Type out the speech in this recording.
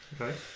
Okay